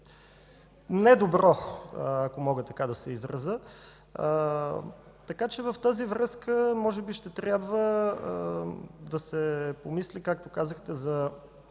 недобро, ако мога така да се изразя, така че в тази връзка може би ще трябва да се помисли, както казахте, за